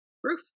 proof